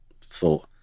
thought